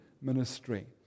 ministry